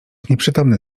nieprzytomny